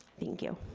thank you.